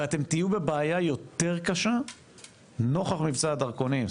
ואתם תהיו בבעיה יותר קשה נוכח מבצע הדרכונים,